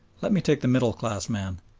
let me take the middle-class man.